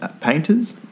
painters